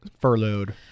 furloughed